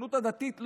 הציונות הדתית,